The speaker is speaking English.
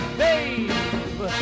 babe